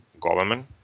government